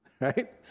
right